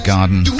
Garden